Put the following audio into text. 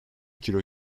kilo